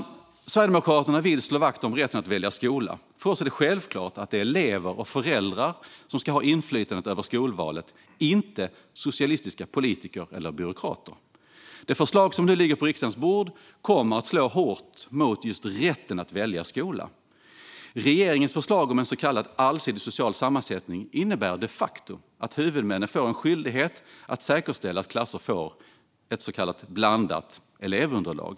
Sverigedemokraterna vill slå vakt om rätten att välja skola. För oss är det självklart att det är elever och föräldrar som ska ha inflytandet över skolvalet, inte socialistiska politiker eller byråkrater. Det förslag som nu ligger på riksdagens bord kommer att slå hårt mot just rätten att välja skola. Regeringens förslag om en så kallad allsidig social sammansättning innebär de facto att huvudmännen får en skyldighet att säkerställa att klasser får ett så kallat blandat elevunderlag.